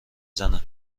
زنه